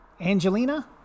angelina